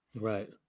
Right